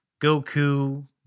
Goku